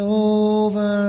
over